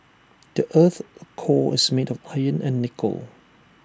the Earth's core is made of iron and nickel